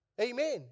Amen